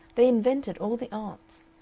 they invented all the arts.